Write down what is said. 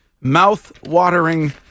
mouth-watering